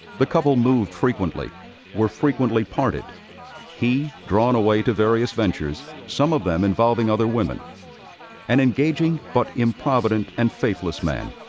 the couple moved frequently were frequently parted he, drawn away to various ventures some of them, involving other women an engaging, but improvident and faithless man,